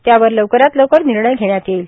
त्यावर लवकरात लवकर निर्णय घेण्यात येईल